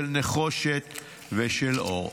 ושל נחושת ושל אור".